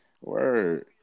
word